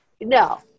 No